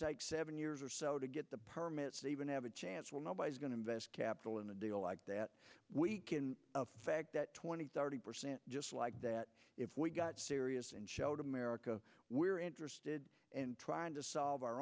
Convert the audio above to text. take seven years or so to get the permits even have a chance well nobody's going to invest capital in a deal like that week in fact that twenty thirty percent just like that if we got serious and showed america we're interested in trying to solve our